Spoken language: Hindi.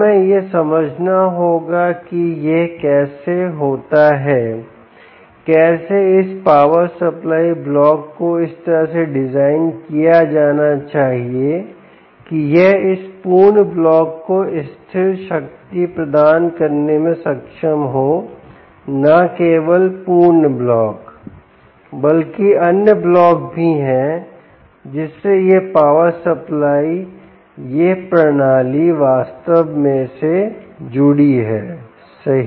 हमें यह समझना होगा कि यह कैसे होता है कैसे इस पावर सप्लाई ब्लॉक को इस तरह से डिज़ाइन किया जाना चाहिए कि यह इस पूर्ण ब्लॉक को स्थिर शक्ति प्रदान करने में सक्षम हो न केवल पूर्ण ब्लॉक बल्कि अन्य ब्लॉक भी हैं जिससे यह पावर सप्लाई यह प्रणाली यह प्रणाली वास्तव में से जुड़ी है सही